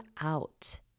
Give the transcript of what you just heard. out